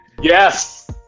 Yes